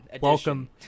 Welcome